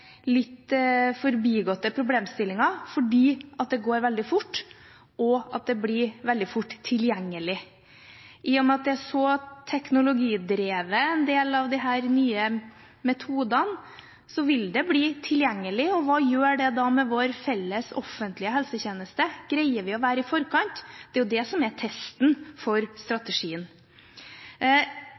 litt forbigåtte problemstillinger fordi det går veldig fort, det blir veldig fort tilgjengelig. I og med at en del av disse nye metodene er så teknologidrevne, vil det bli tilgjengelig, og hva gjør det da med vår felles offentlige helsetjeneste? Greier vi å være i forkant? Det er jo det som er testen for strategien.